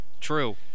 True